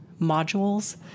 modules